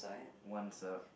one sup